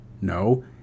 No